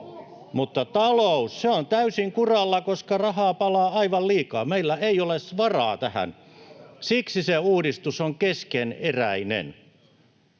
mutta talous on täysin kuralla, koska rahaa palaa aivan liikaa. Meillä ei ole varaa tähän. Siksi se uudistus on keskeneräinen.